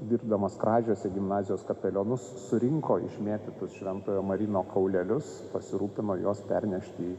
dirbdamas kražiuose gimnazijos kapelionu surinko išmėtytus šventojo marino kaulelius pasirūpino juos pernešti į